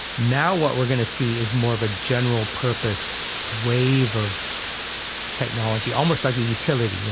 now what we're going to see is more of a general purpose wave of technology, almost like a utility. you know